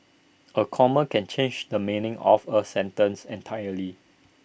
A comma can change the meaning of A sentence entirely